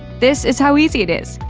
this is how easy it is!